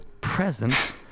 Present